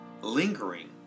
lingering